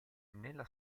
nella